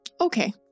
okay